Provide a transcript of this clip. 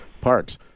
parks